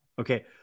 Okay